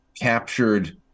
captured